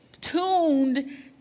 tuned